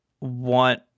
want